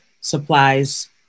supplies